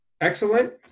excellent